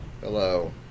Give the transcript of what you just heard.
Hello